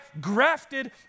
grafted